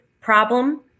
problem